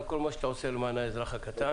על כל מה שאתה עושה למען האזרח הקטן.